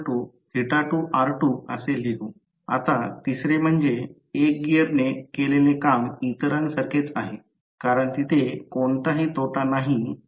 मी हे छायाचित्र एका पुस्तकातून घेतले आहे आणि हे एक छायाचित्र फार कमी काळ दिसत आहे कारण ही छायाचित्र आणि ही टर्मिनल बाहेर काढली आहेत